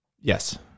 Yes